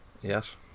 Yes